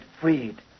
freed